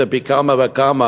זה פי כמה וכמה